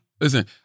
Listen